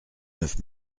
neuf